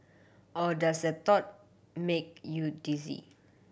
or does that thought make you dizzy